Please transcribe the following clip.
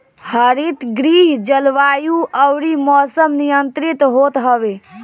हरितगृह जलवायु अउरी मौसम नियंत्रित होत हवे